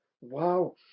wow